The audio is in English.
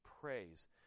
praise